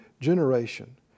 generation